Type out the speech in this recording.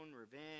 revenge